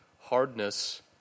hardness